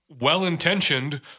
well-intentioned